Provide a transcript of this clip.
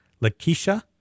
Lakeisha